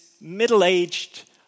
middle-aged